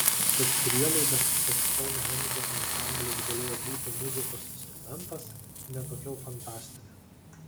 tad prielaida kad stounhendžo ansamblis galėjo būti muzikos instrumentas ne tokia jau fantastinė